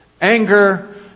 anger